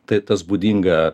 tai tas būdinga